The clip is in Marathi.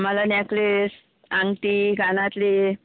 आम्हाला नेकलेस आंगठी कानातले